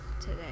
today